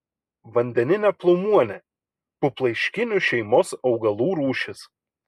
vandeninė plaumuonė puplaiškinių šeimos augalų rūšis